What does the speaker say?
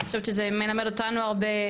אני חושבת שזה מלמד אותנו הרבה.